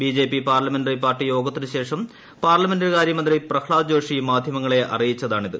BJP parliamentary party യോഗത്തിനുശേഷം parliamentary കാര്യമന്ത്രി പ്രഹ്ളാദ് ജോഷി മാധ്യമങ്ങളെ അറിയിച്ചതാണിത്